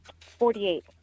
Forty-eight